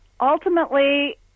Ultimately